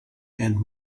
and